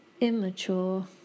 immature